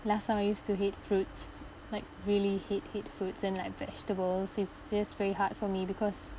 last time I used to hate fruits like really hate hate fruits and like vegetables is just very hard for me because